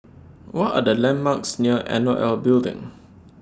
What Are The landmarks near N O L Building